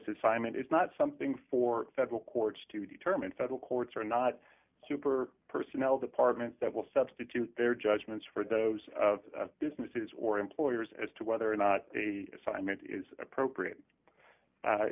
something for federal courts to determine federal courts are not super personnel departments that will substitute their judgments for those of businesses or employers as to whether or not the assignment is appropriate